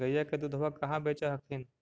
गईया के दूधबा कहा बेच हखिन?